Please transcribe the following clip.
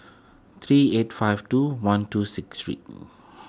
three eight five two one two six three